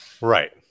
Right